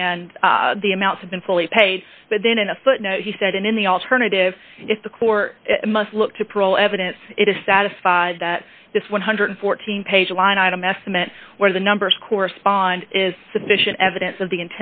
and the amount have been fully paid but then in a footnote he said and in the alternative if the court must look to prole evidence it is satisfied that this one hundred and fourteen page line item estimate where the numbers correspond is sufficient evidence of the